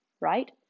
right